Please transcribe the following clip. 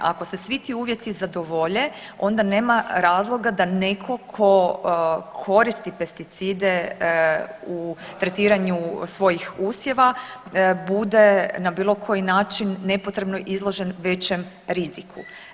Ako se svi ti uvjeti zadovolje onda nema razloga da neko ko koristi pesticide u tretiranju svojih usjeva bude na bilo koji način nepotrebno izložen većem riziku.